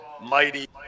mighty